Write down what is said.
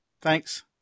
Thanks